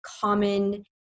common